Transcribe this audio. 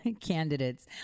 candidates